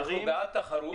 אנחנו בעד תחרות,